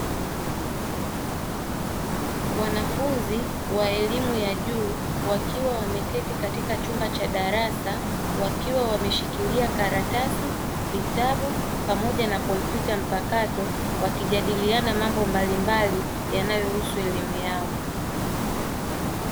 Wanafunzi wa elimu ya juu wakiwa wameketi katika chumba cha darasa wakiwa wameshikilia karatasi, vitabu pamoja na kompyuta mpakato wakijadiliana mambo mbalimbali yanayohusu elimu yao.